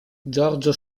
giorgio